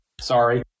Sorry